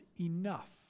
enough